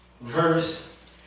verse